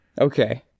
Okay